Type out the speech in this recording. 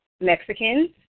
Mexicans